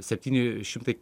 septyni šimtai